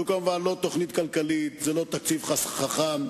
זו כמובן לא תוכנית כלכלית, זה לא תקציב חכם.